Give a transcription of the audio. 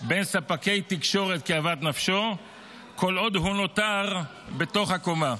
בין ספקי תקשורת כאוות נפשו כל עוד הוא נותר "בתוך הקומה",